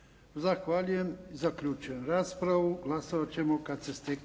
Zahvaljujem. Zaključujem raspravu. Glasovat ćemo kad se steknu